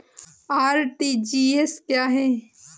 RTGS क्या है?